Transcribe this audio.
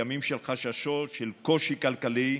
ימים של חששות, של קושי כלכלי,